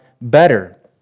better